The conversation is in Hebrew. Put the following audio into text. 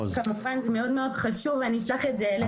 כמובן זה מאוד מאוד חשוב ואני אשלח את זה אליך.